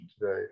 today